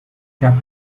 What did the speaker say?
quatre